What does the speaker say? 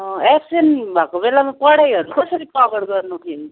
absent भएको बेलामा पढाइहरू कसरी कभर गर्नु फेरि